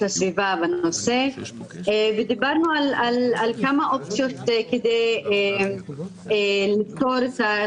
הסביבה בנושא ודיברנו על כמה אופציות כדי לפתור את העניין הזה.